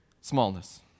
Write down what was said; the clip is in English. smallness